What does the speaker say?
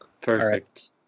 Perfect